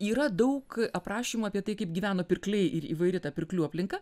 yra daug aprašymų apie tai kaip gyveno pirkliai ir įvairi ta pirklių aplinka